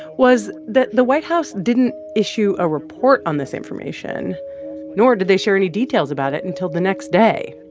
was that the white house didn't issue a report on this information nor did they share any details about it until the next day,